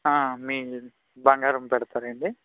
మీ బంగారం పెడతారండి